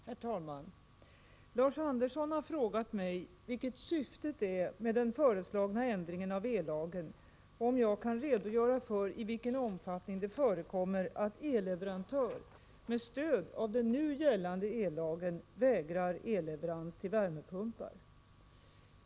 Herr talman! Lars Andersson har frågat mig vilket syftet är med den föreslagna ändringen av ellagen och om jag kan redogöra för i vilken omfattning det förekommer att elleverantör med stöd av den nu gällande ellagen vägrar elleverans till värmepumpar.